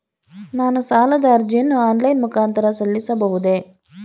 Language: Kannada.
ನಾನು ಸಾಲದ ಅರ್ಜಿಯನ್ನು ಆನ್ಲೈನ್ ಮುಖಾಂತರ ಸಲ್ಲಿಸಬಹುದೇ?